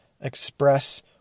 express